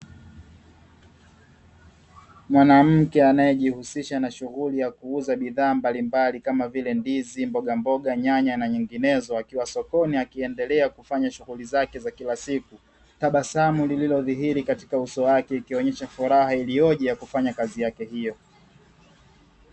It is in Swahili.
Mwanamke anayejihusisha na shughuli ya kuuza bidhaa mbalimbali, kama vile; ndizi, mbogamboga, nyanya na nyinginezo, akiwa sokoni akiendelea kufanya shughuli zake za kila siku. Tabasamu lililodhihiri kwenye uso wake ikionyesha furaha ilioje ya kufanya kazi yake hiyo.